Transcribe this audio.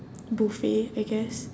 buffet I guess